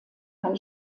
eine